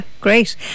great